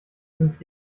fünf